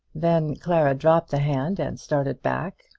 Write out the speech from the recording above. then clara dropped the hand and started back,